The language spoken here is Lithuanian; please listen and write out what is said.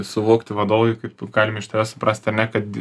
suvokti vadovui kaip galim iš tavęs suprast ar ne kad